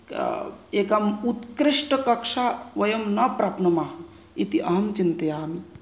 एकम् उत्कृष्टकक्षा वयं न प्राप्नुमः इति अहं चिन्तयामि